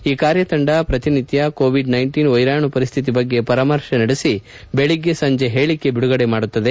ಈ ಕಾರ್ಯತಂಡ ಪ್ರತಿನಿತ್ಯ ಕೋವಿಡ್ ವೈರಾಣು ಪರಿಸ್ಕಿತಿ ಬಗ್ಗೆ ಪರಾಮರ್ಶೆ ನಡೆಸಿ ಬೆಳಗ್ಗೆ ಸಂಜೆ ಹೇಳಿಕೆ ಬಿಡುಗಡೆ ಮಾಡುತ್ತದೆ